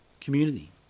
community